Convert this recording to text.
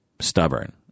stubborn